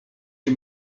you